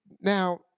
Now